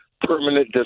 permanent